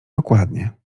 dokładnie